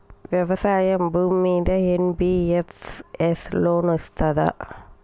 వ్యవసాయం భూమ్మీద NBFS loan ఇస్తదా?